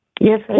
Yes